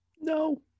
No